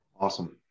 Awesome